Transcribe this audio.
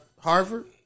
Harvard